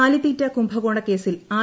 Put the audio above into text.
കാലിത്തീറ്റ കുംഭകോണക്കേസിൽ ആർ